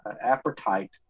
appetite